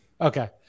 Okay